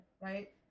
right